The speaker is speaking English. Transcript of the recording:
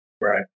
Right